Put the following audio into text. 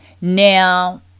now